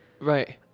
right